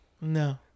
No